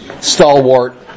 stalwart